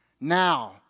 Now